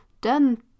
done